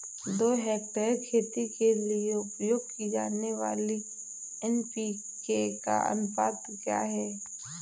दो हेक्टेयर खेती के लिए उपयोग की जाने वाली एन.पी.के का अनुपात क्या है?